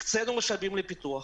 הקצינו משאבים לפיתוח,